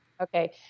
Okay